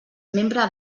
membre